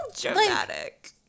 Dramatic